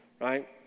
Right